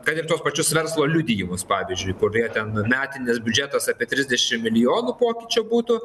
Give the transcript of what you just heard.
kad ir tuos pačius verslo liudijimus pavyzdžiui kurie ten metinis biudžetas apie trisdešim milijonų pokyčio būtų